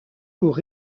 pour